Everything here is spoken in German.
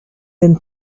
den